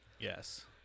Yes